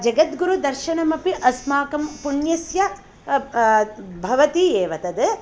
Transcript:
जगद्गुरुदर्शनमपि अस्माकं पुण्यस्य भवति एव तद्